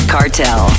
Cartel